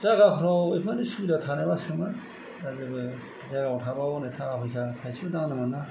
जागाफ्राव बेफोरबादि सुबिदा थानायबासोमोन दा जेबो जागायाव थाबाबो हनै थाखा फैसा थाइसेबो दांनो मोना